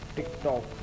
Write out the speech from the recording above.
TikTok